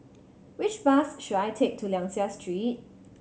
which bus should I take to Liang Seah Street